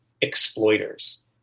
exploiters